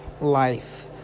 life